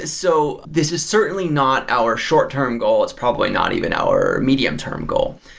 so this is certainly not our short-term goal. it's probably not even our medium-term goal.